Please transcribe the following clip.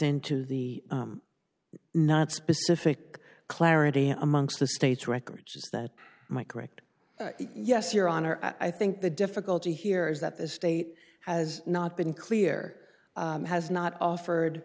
into the not specific clarity amongst the state's records is that my correct yes your honor i think the difficulty here is that the state has not been clear has not offered